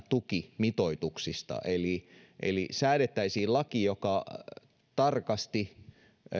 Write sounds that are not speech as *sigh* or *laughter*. *unintelligible* tuki mitoituksista eli eli säädettäisiin laki joka tarkasti